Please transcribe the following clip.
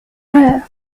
rare